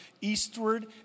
eastward